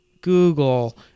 Google